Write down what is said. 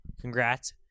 Congrats